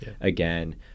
again